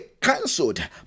cancelled